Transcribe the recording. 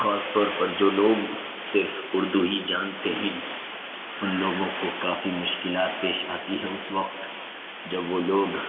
خاص طور پر جو لوگ صرف اردو ہی جانتے ہیں ان لوگوں کو کافی مشکلات پیش آتی ہیں اس وقت جب وہ لوگ